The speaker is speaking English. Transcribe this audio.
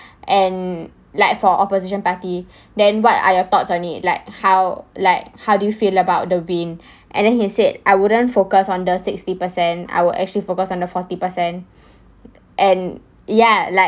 and like for opposition party then what are your thoughts on it like how like how do you feel about the win and then he said I wouldn't focus on the sixty percent I would actually focus on the forty percent and ya like